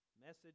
Message